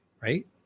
right